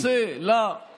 שהוא תפקיד שמוקצה לאופוזיציה,